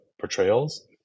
portrayals